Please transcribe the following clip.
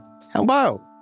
Hello